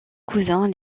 cousin